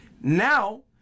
Now